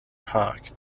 park